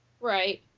Right